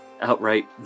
outright